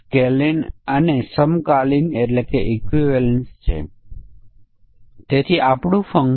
તો અહીં સમકક્ષ વર્ગો શું હશે